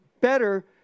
better